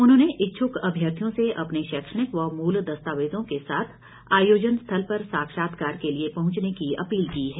उन्होंने इच्छक अभ्यर्थियों से अपने शैक्षणिक व मूल दस्तावेजों के साथ आयोजन स्थल पर साक्षात्कार के लिए पहुंचने की अपील की है